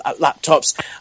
laptops